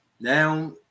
now